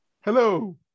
Hello